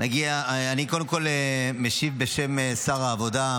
אני משיב בשם שר העבודה,